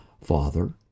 Father